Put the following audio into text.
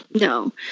No